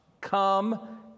come